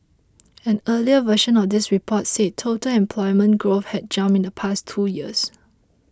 an earlier version of this report said total employment growth had jumped in the past two years